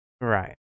right